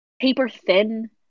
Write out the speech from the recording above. paper-thin